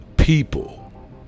People